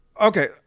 okay